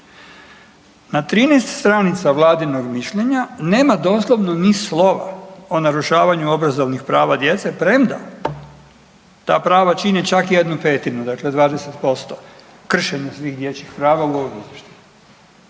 Na 13 stranica Vladinog mišljenja nema doslovno ni slova o narušavanju obrazovnih prava djece premda ta prava čine čak 1/5 dakle 20% kršenja svih dječjih prava u ovom izvještaju.